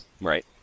Right